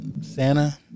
Santa